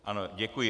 Ano, děkuji.